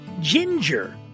Ginger